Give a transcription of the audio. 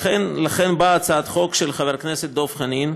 לכן באה הצעת החוק של חבר הכנסת דב חנין,